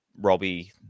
Robbie